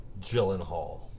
Gyllenhaal